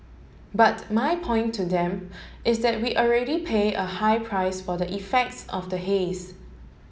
but my point to them is that we already pay a high price for the effects of the haze